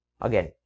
Again